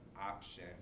option